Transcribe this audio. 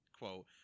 quote